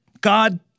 God